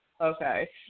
Okay